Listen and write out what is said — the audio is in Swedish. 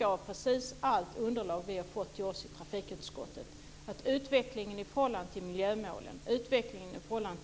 Av precis allt det underlag som vi har fått i utskottet framgår nämligen att utvecklingen i förhållande till miljömålen